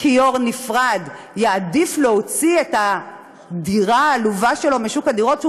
כיור נפרד יעדיף להוציא את הדירה העלובה שלו משוק הדירות שהוא